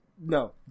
no